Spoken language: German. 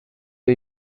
der